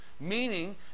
Meaning